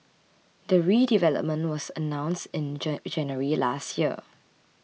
the redevelopment was announced in January last year